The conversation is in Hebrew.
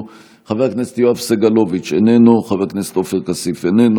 סגן השר, כן.